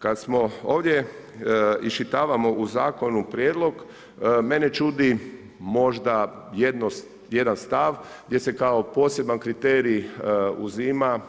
Kada smo ovdje iščitavamo u zakonu prijedlog, mene čudi možda jedan stav gdje se kao poseban kriterij uzima